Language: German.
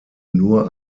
nur